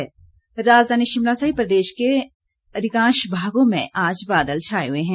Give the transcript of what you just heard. मौसम राजधानी शिमला सहित प्रदेश के प्रदेश के अधिकांश भागों में आज बादल छाए हुए हैं